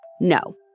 No